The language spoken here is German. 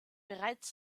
bereits